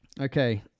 Okay